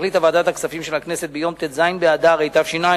החליטה ועדת הכספים של הכנסת ביום ט"ז באדר התש"ע,